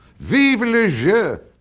viva legit.